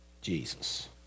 Jesus